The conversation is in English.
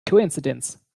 coincidence